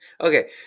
Okay